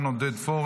עודד פורר,